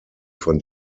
von